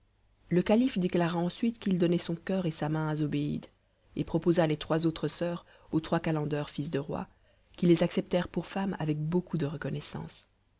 le calife déclara ensuite qu'il donnait son coeur et sa main à zobéide et proposa les trois autres soeurs aux trois calenders fils de rois qui les acceptèrent pour femmes avec beaucoup de reconnaissance